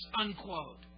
unquote